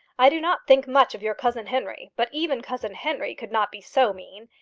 i do not think much of your cousin henry, but even cousin henry could not be so mean.